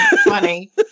funny